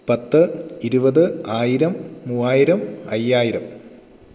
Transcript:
പത്ത് ഇരുപത് ആയിരം മൂവായിരം അയ്യായിരം